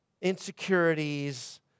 insecurities